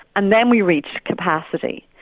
and then we reached capacity.